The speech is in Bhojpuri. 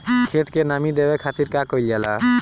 खेत के नामी देवे खातिर का कइल जाला?